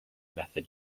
method